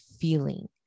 feeling